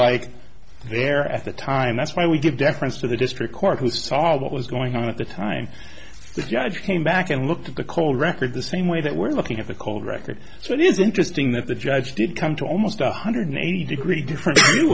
like there at the time that's why we give deference to the district court who saw what was going on at the time the judge came back and looked at the cole record the same way that we're looking at a cold record so it is interesting that the judge did come to almost one hundred eighty degree differen